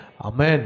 Amen